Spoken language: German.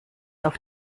auf